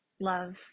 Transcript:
love